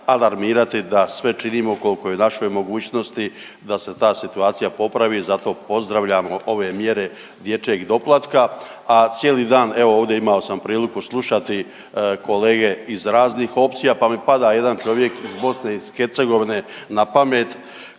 alarmirati da sve činimo koliko je u našoj mogućnosti da se ta situacija popravi, zato pozdravljamo ove mjere dječjeg doplatka, a cijeli dan, evo, ovde imao sam priliku slušati kolega iz raznih opcija pa mi pada jedan čovjek iz Bosne iz Hercegovine na pamet